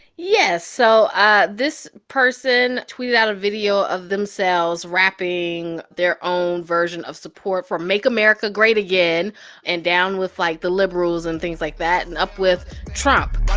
yeah. so ah this person tweeted out a video of themselves rapping their own version of support for make america great again and down with, like, the liberals and things like that and up with trump why